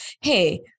hey